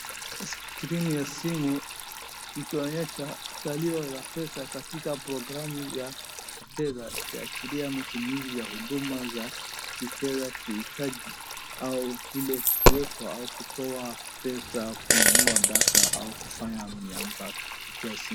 Skirini ya simu ikionyesha zalio la pesa katika programu ya kucheza ikiashiria matumizi ya kuduma za kifedha akihitaji au vile kuwekwa au kutoa pesa kununua data au kufanya miamba kupitia simu.